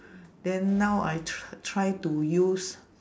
then now I tr~ try to use